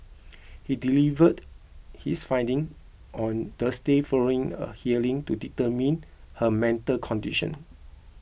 he delivered his findings on Thursday following a hearing to determine her mental condition